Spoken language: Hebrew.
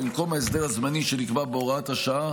במקום ההסדר הזמני שנקבע בהוראת השעה,